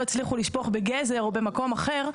לא הצליחו לשפוך בגזר או במקום אחר,